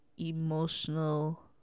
emotional